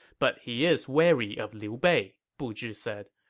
but he is wary of liu bei, bu zhi said.